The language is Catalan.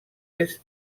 est